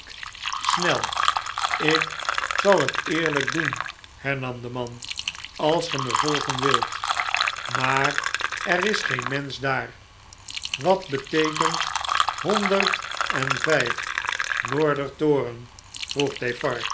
ik zal het eerlflk doen hernam de man als ge me volgen wilt maar er is geen mensch daar wat beteekent honderd en vjf noorder toren